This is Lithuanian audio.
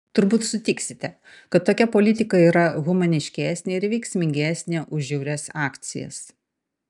turbūt sutiksite kad tokia politika yra humaniškesnė ir veiksmingesnė už žiaurias akcijas